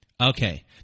Okay